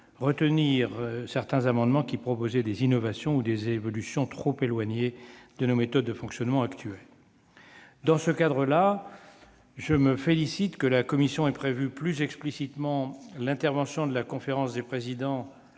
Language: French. retenir les amendements qui tendaient à proposer des innovations ou des évolutions trop éloignées de nos méthodes de fonctionnement actuelles. Dans ce cadre, je me félicite de ce que la commission ait prévu plus explicitement l'intervention de la conférence des présidents